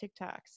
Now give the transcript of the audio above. TikToks